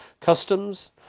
customs